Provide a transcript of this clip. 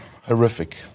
Horrific